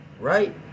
Right